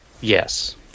Yes